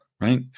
right